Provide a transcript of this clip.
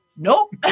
Nope